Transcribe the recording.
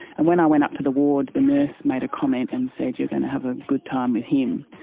and when i went up to the ward, the nurse made a comment and said, you're going to have a good time with him.